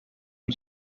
una